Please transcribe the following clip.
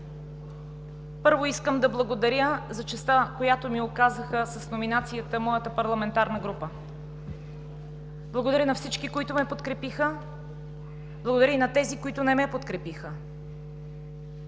Първо, искам да благодаря за честта, която ми оказаха с номинацията, от моята парламентарна група. Благодаря на всички, които ме подкрепиха. Благодаря и на тези, които не ме подкрепиха.